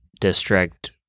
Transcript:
district